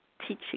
teaching